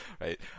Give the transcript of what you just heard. right